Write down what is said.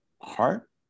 heart